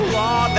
law